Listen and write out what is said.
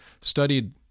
studied